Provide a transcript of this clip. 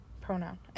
pronoun